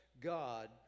God